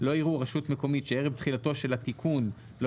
שלא יראו רשות מקומית שערב תחילתו של התיקון לא